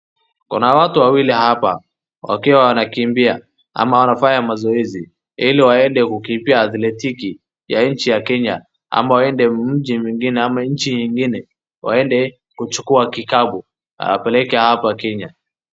Kuna watu wawili hapa wakiwa wanakimbia, ama wanafaya mazoezi, ili waende kukumbia athletiki ya nchi ya Kenya ama waende mji mwingine au nchi ingine , waende kuchukua kikapu, wapeleke hapa Kenya.